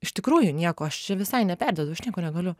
iš tikrųjų nieko aš čia visai neperdedu aš nieko negaliu